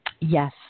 Yes